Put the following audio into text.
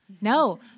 No